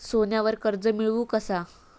सोन्यावर कर्ज मिळवू कसा?